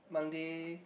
Monday